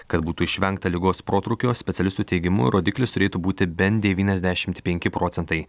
kad būtų išvengta ligos protrūkio specialistų teigimu rodiklis turėtų būti bent devyniasdešimt penki procentai